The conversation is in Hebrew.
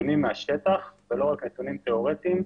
נתונים מהשטח, ולא רק נתונים תיאורטיים,